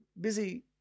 busy